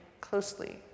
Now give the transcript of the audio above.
closely